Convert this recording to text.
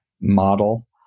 model